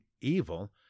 evil